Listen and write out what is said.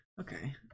Okay